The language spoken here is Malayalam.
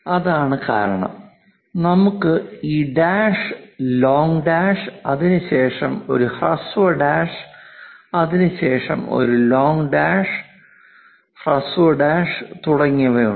അതാണ് കാരണം നമുക്ക് ഈ ഡാഷ് ലോംഗ് ഡാഷ് അതിനുശേഷം ഒരു ഹ്രസ്വ ഡാഷ് അതിനുശേഷം ഒരു ലോംഗ് ഡാഷ് ഷോർട്ട് ഡാഷ് തുടങ്ങിയവയുണ്ട്